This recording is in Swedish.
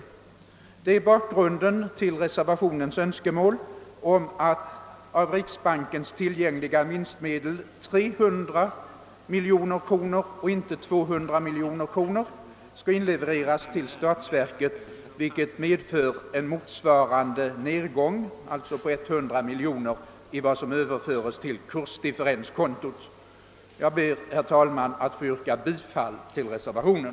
Detta är bakgrunden till reservanternas önskemål om att av riksbankens tillgängliga vinstmedel 300 miljoner kronor, inte 200 miljoner, skall inlevereras till statsverket, vilket medför en motsvarande minskning, alltså på 100 miljoner kronor, av vad som överförs till kursdifferenskontot. Herr talman! Jag ber att få yrka bifall till reservationen.